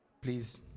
please